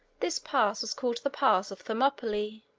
this pass was called the pass of thermopylae,